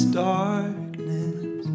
darkness